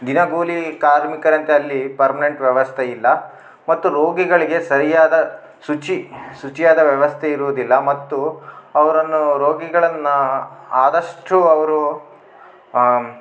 ದಿನಗೂಲಿ ಕಾರ್ಮಿಕರಂತೆ ಅಲ್ಲಿ ಪರ್ಮ್ನೆಂಟ್ ವ್ಯವಸ್ಥೆ ಇಲ್ಲ ಮತ್ತು ರೋಗಿಗಳಿಗೆ ಸರಿಯಾದ ಶುಚಿ ಶುಚಿಯಾದ ವ್ಯವಸ್ಥೆ ಇರುವುದಿಲ್ಲ ಮತ್ತು ಅವರನ್ನು ರೋಗಿಗಳನ್ನು ಆದಷ್ಟು ಅವರು